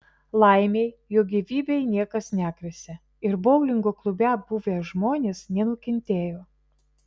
laimei jo gyvybei niekas negresia ir boulingo klube buvę žmonės nenukentėjo